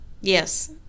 Yes